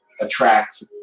attract